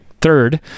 third